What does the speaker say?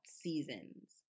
seasons